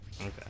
Okay